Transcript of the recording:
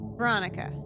Veronica